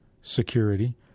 security